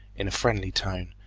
in a friendly tone,